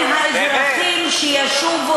מה לעשות עם ילדים שישובו